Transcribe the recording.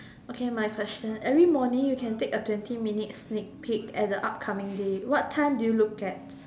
okay my question every morning you can take a twenty minutes sneak peek at the upcoming day what time do you look at